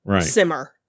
simmer